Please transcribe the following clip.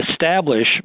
Establish